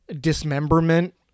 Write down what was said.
dismemberment